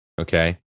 Okay